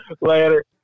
Later